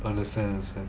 understand understand